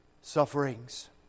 sufferings